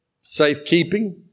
safekeeping